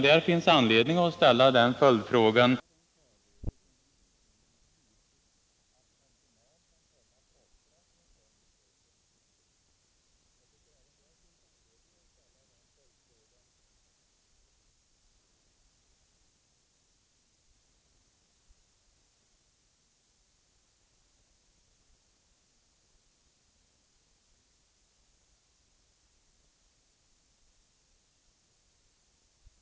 Det finns anledning att ställa den följdfrågan, när industriministern i sitt svar säger: ” Några sysselsättningsgarantier kan regeringen dock inte utfärda.” Det är illavarslande. Det råder, herr talman, stor oro i Motala i dag, oro för att jobben försvinner och oro för framtiden. Vad vill industriministern säga till dessa oroliga människor? De vill nog gärna veta vad regeringen kommer att göra för att trygga deras jobb.